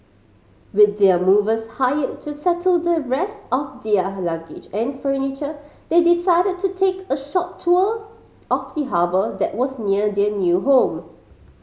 with their movers hired to settle the rest of their her luggage and furniture they decided to take a short tour of the harbour that was near their new home